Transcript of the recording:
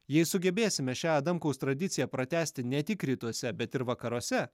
jei sugebėsime šią adamkaus tradiciją pratęsti ne tik rytuose bet ir vakaruose